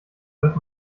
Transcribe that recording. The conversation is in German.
wird